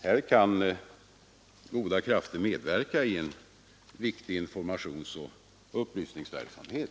Här kan goda krafter medverka i en viktig informationsoch upplysningsverksamhet.